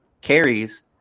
carries